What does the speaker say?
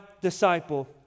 disciple